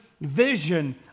vision